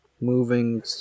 moving